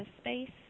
space